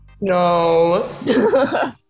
No